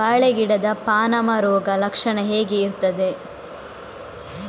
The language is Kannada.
ಬಾಳೆ ಗಿಡದ ಪಾನಮ ರೋಗ ಲಕ್ಷಣ ಹೇಗೆ ಇರ್ತದೆ?